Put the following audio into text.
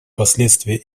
последствия